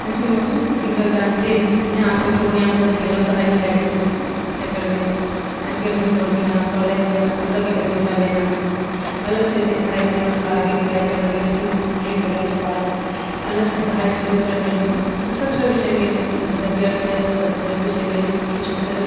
एहि सबमे गेलहुँ तऽ फिर जहाँ पे पूर्णियामे बैस गेलहुँ पढ़ाइ लिखाइके चक्करमे आबि गेल हम पूर्णिया कॉलेजमे अलग एडमिशन लेना अलग तरीके पढ़ाइ करना थोड़ा आगे पढ़ाइ करना ग्रेजुएशन कम्पलीट होलाके बाद अलग से पढाइ शुरू करि देलहुँ तऽ सबसँ बिछड़ि गेल जैसे से सबसँ बिछड़ि गेल किछु से